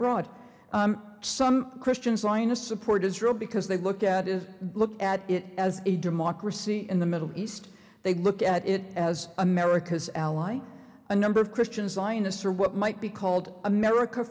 broad some christian zionists support israel because they look at is look at it as a democracy in the middle east they look at it as america's ally a number of christian scientists or what might be called america